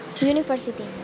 University